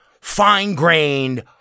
fine-grained